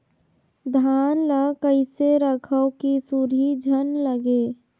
धान ल कइसे रखव कि सुरही झन लगे?